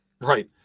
right